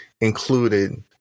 included